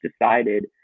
decided